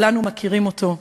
כולנו מכירים אותו: